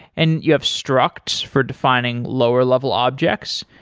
and you have struct for defining lower-level objects.